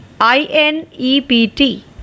I-N-E-P-T